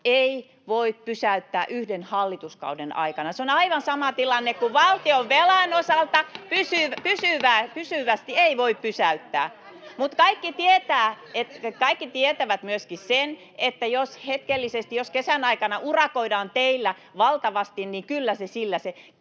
ei voi pysäyttää yhden hallituskauden aikana. Se on aivan sama tilanne kuin valtionvelan osalta, pysyvästi ei voi pysäyttää. Mutta kaikki tietävät myöskin sen, että hetkellisesti, jos kesän aikana urakoidaan teillä valtavasti, se kilometrien